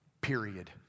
Period